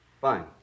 Fine